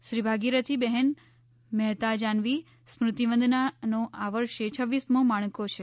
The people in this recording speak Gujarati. શ્રીભાગીરથી બહેન મહેતા જાહ્રવી સ્મૃતિ વંદનાનો આ વર્ષે છવ્વીસમો મણકો છે